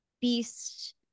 Beast